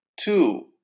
two